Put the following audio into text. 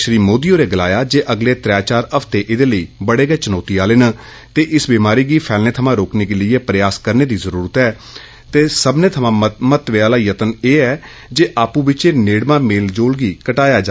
श्री मोदी होरें गलाया जे अगले त्रै चार हफ्ते ऐदे लेई बड़े च्नौती आले न ते इस बमारी गी फैलने थमां रोकने लेई प्रयास करने दी जरूरत ऐ ते सब्बने थमां महत्वै आहला उपा एह ऐ जे आप् बिच्चै नेइमां मेलजोल कट्टाया जा